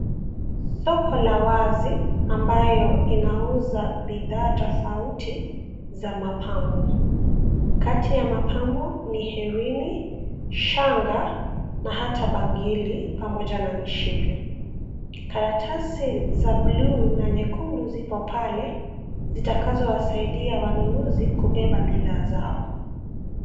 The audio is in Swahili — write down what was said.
Soko la wazi ambayo inauza bidhaa tofauti za mapambo. Kati ya mapambo ni herini, shanga na hata bangili pamoja na mishipi. Karatasi za buluu na nyekundu zipo pale, zitakazowasaidia wanunuzi kubeba bidhaa zao.